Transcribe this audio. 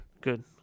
Good